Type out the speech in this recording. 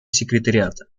секретариата